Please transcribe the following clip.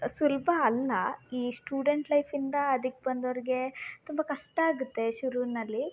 ಸುಲಭ ಅಲ್ಲ ಈ ಸ್ಟೂಡೆಂಟ್ ಲೈಫಿಂದ ಅದಿಕ್ಕೆ ಬಂದೋರಿಗೆ ತುಂಬ ಕಷ್ಟ ಆಗುತ್ತೆ ಶುರುನಲ್ಲಿ